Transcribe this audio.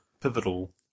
pivotal